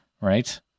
right